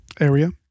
area